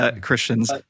Christians